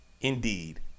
indeed